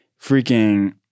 freaking